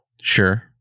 Sure